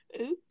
Oops